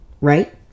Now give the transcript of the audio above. right